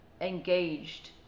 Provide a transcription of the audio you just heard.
engaged